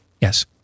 yes